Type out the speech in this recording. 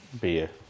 beer